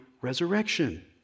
resurrection